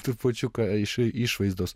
trupučiuką iš išvaizdos